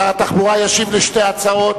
שר התחבורה ישיב על שתי ההצעות.